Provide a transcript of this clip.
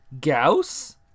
gauss